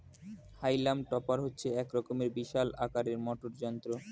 হাইলাম টপার হচ্ছে এক রকমের বিশাল আকারের মোটর যন্ত্র